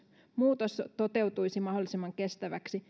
muutos toteutuisi mahdollisimman